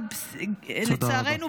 לצערנו,